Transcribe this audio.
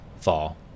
fall